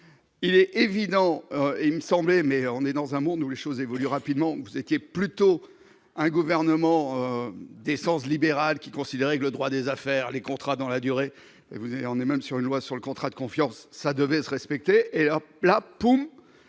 il est évident et il me semblait, mais on est dans un monde où les choses évoluent rapidement, vous étiez plutôt un gouvernement d'essence libérale qui considérait que le droit des affaires, les contrats dans la durée, vous avez en elle-même sur une loi sur le contrat de confiance ça devait se respecter et à